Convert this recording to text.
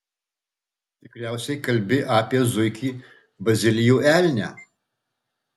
tikriausiai kalbi apie zuikį bazilijų elnią